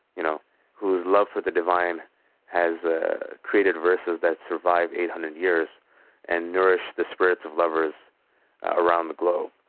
you know whose love for the divine has ah created verses that survived eight hundred years and nourished the spirits of lovers around the globe.